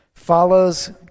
follows